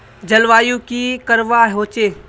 जलवायु की करवा होचे?